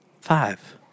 Five